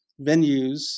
venues